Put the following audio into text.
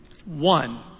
one